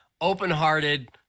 open-hearted